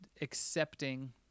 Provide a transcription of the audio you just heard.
accepting